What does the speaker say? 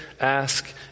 ask